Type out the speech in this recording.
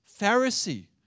Pharisee